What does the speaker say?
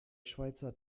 schweizer